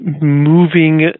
moving